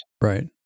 Right